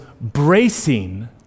bracing